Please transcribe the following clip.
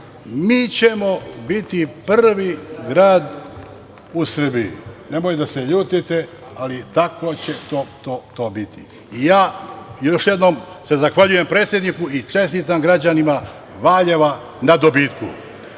mi ćemo biti prvi grad u Srbiji. Nemojte da se ljutite, ali tako će to biti. Još jednom se zahvaljujem predsedniku i čestitam građanima Valjeva na dobitku.E,